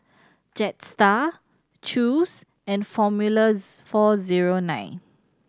Jetstar Chew's and Formulas four zero nine